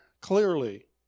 clearly